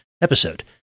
episode